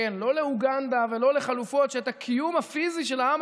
לא לאוגנדה ולא לחלופות שאת הקיום הפיזי של העם